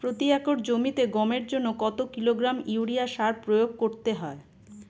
প্রতি একর জমিতে গমের জন্য কত কিলোগ্রাম ইউরিয়া সার প্রয়োগ করতে হয়?